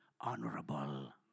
honorable